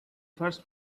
first